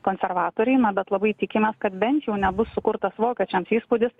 konservatoriai na bet labai tikimės kad bent jau nebus sukurtas vokiečiams įspūdis